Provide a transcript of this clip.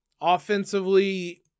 offensively